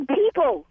people